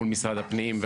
מול משרד הפנים,